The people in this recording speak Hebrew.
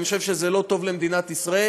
אני חושב שזה לא טוב למדינת ישראל,